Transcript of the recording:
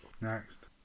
Next